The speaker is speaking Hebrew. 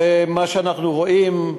מה שאנחנו רואים,